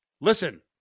listen